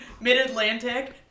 mid-Atlantic